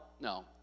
no